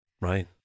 Right